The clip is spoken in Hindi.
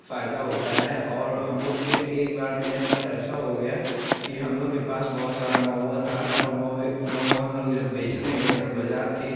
फायदा होता है और हम लोग के एक बार में साथ ऐसा हो गया कि हम लोग के पास बहुत सारा महुआ था और महुए महुआ जब हम लोग बेचने गए तब बाज़ार थी